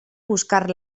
buscar